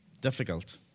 difficult